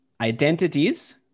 identities